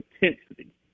intensity